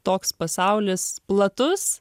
toks pasaulis platus